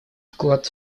вклад